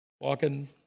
walking